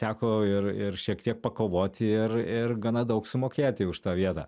teko ir ir šiek tiek pakovoti ir ir gana daug sumokėti už tą vietą